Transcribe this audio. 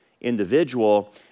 individual